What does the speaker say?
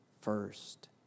first